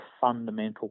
fundamental